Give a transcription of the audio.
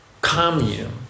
commune